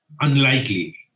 Unlikely